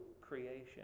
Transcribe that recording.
creation